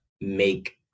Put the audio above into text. make